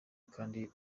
kandi